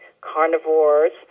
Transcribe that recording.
carnivores